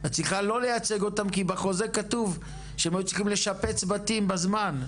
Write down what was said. את צריכה לא לייצג אותם כי בחוזה כתוב שהם היו צריכים לשפץ בתים בזמן,